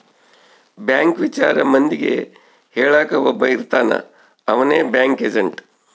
bank ವಿಚಾರ ಮಂದಿಗೆ ಹೇಳಕ್ ಒಬ್ಬ ಇರ್ತಾನ ಅವ್ನೆ ಬ್ಯಾಂಕ್ ಏಜೆಂಟ್